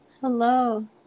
Hello